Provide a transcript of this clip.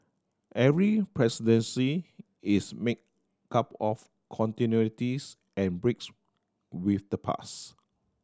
every presidency is made cup of continuities and breaks with the past